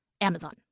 Amazon